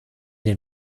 den